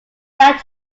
that